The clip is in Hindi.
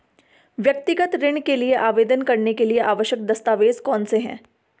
व्यक्तिगत ऋण के लिए आवेदन करने के लिए आवश्यक दस्तावेज़ कौनसे हैं?